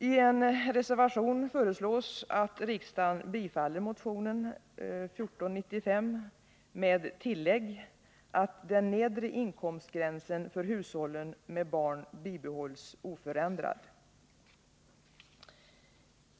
I en reservation föreslås att riksdagen bifaller motion 1495 med tillägg att den nedre inkomstgränsen för hushållen med barn bibehålls oförändrad.